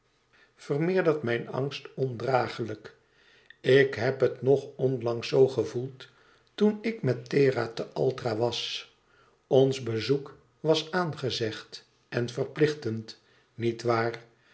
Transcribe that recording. vermeerdert mijn angst ondragelijk ik heb het nog onlangs zoo gevoeld toen ik met thera te altara was ons bezoek was aangezegd en verplichtend niet waar